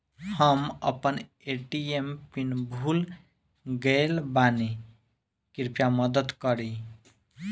हम अपन ATM pin भूल गएल बानी, कृपया मदद करीं